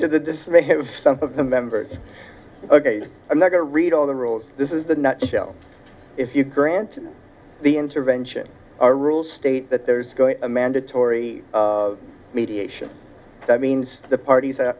to the dismay have some of the members ok i'm not going to read all the rules this is the nutshell if you grant the intervention our rules state that there's going to mandatory mediation that means the parties